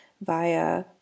via